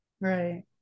Right